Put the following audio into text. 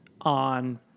on